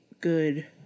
good